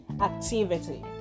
activity